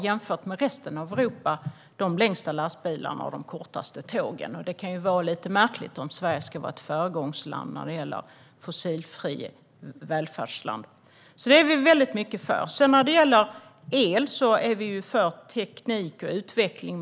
Jämfört med resten av Europa har vi de längsta lastbilarna och de kortaste tågen, vilket kan tyckas märkligt om Sverige ska vara föregångare när det gäller att bli ett fossilfritt välfärdsland. Detta är vi väldigt mycket för. Vad gäller el är vi för teknik och utveckling.